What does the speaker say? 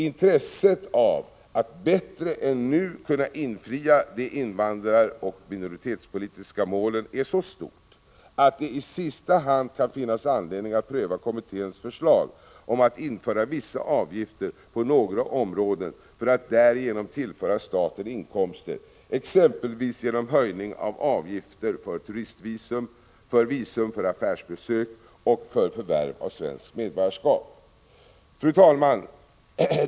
Intresset av att bättre än nu kunna infria de invandraroch minoritetspolitiska målen är så stort, att det i sista hand kan finnas anledning att pröva kommitténs förslag om att införa vissa avgifter på några områden för att därigenom tillföra staten inkomster, exempelvis genom en höjning av avgifterna för turistvisum, för visum för affärsbesök och för förvärv av svenskt medborgarskap. Fru talman!